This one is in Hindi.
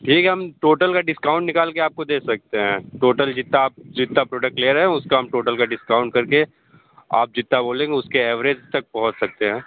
ठीक है हम टोटल का डिस्काउंट निकाल के आपको दे सकते हैं टोटल जितना आप जितना प्रोडक्ट ले रहे हैं उसका हम टोटल का डिस्काउंट करके आप जितना बोलेंगे उसके ऐव्रिज तक पहुँच सकते हैं